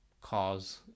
cause